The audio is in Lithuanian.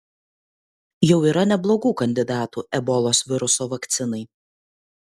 jau yra neblogų kandidatų ebolos viruso vakcinai